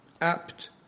apt